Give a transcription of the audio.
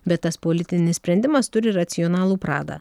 bet tas politinis sprendimas turi racionalų pradą